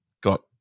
Got